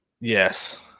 Yes